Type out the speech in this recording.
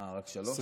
אה, רק שלוש?